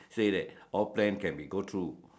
say that all plan can be go through